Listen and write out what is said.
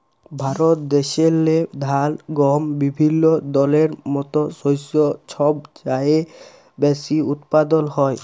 ভারত দ্যাশেল্লে ধাল, গহম বিভিল্য দলের মত শস্য ছব চাঁয়ে বেশি উৎপাদল হ্যয়